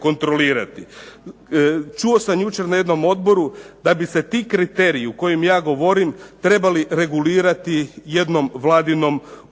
kontrolirati. Čuo sam jučer na jednom odboru da bi se ti kriteriji trebali regulirati jednom Vladinom uredbom.